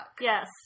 yes